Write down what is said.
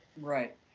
right